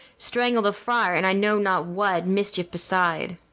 strangled a friar, and i know not what mischief beside.